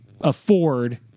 afford